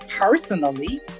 personally